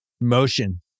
motion